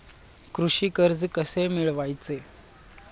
कृषी कर्ज कसे मिळवायचे?